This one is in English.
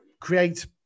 create